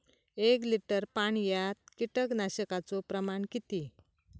एक लिटर पाणयात कीटकनाशकाचो प्रमाण किती?